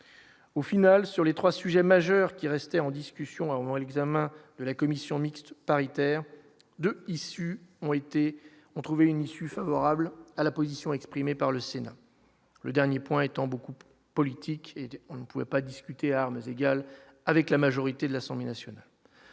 au final sur les 3 sujets majeurs qui restaient en discussion à l'examen de la commission mixte paritaire issue ont été ont trouvé une issue favorable à la position exprimée par le Sénat, le dernier point étant beaucoup plus politique, on ne pouvait pas discuter à armes égales avec la majorité de l'Assemblée nationale